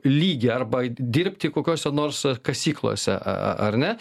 lygį arba dirbti kokiose nors kasyklose ar ne